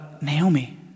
Naomi